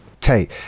take